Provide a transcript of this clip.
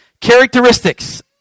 characteristics